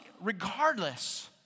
regardless